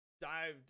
dived